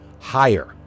higher